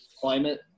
climate